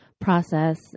process